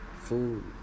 food